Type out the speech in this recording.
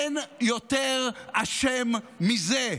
אין יותר אשם מזה.